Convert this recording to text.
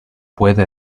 puede